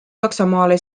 saksamaale